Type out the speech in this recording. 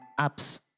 apps